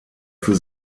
für